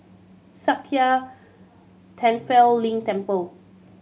Sakya Tenphel Ling Temple